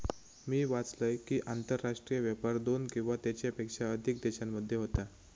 मी वाचलंय कि, आंतरराष्ट्रीय व्यापार दोन किंवा त्येच्यापेक्षा अधिक देशांमध्ये होता